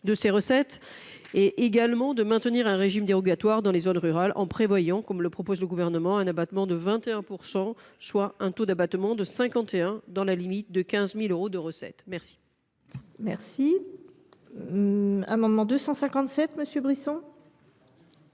de recettes. Il s’agit également de maintenir un régime dérogatoire dans les zones rurales, en prévoyant, comme le propose le Gouvernement, un abattement de 21 %, soit un taux d’abattement de 61 %, mais dans la limite de 40 000 euros de recettes. Les